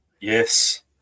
Yes